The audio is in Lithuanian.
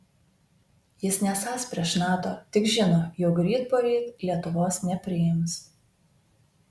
jis nesąs prieš nato tik žino jog ryt poryt lietuvos nepriims